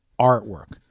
artwork